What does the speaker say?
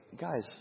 guys